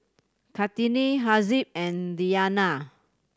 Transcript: Kartini Haziq and Diyana